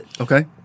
Okay